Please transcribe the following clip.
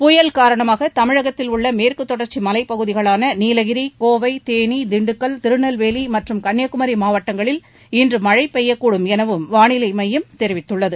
புயல் காரணமாக தமிழகத்தில் உள்ள மேற்குதொடர்ச்சி மலைப் பகுதிகளான நீலகிரி கோவை தேனி திண்டுக்கல் திருநெல்வேலி மற்றும் கன்னியாகுமரி மாவட்டங்களில் இன்று மழை பெய்யக்கூடும் எனவும் வானிலை மையம் தெரிவித்துள்ளது